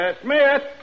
Smith